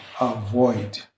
avoid